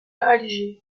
alger